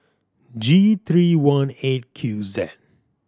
G three one Eight Q Z